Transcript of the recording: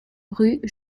rue